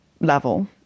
level